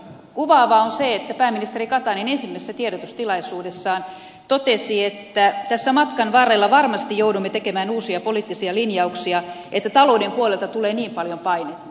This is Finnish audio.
kuvaavaa on se että pääministeri katainen ensimmäisessä tiedotustilaisuudessaan totesi että tässä matkan varrella varmasti joudumme tekemään uusia poliittisia linjauksia että talouden puolelta tulee niin paljon painetta